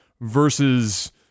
versus